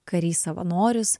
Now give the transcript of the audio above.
karys savanoris